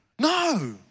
No